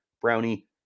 brownie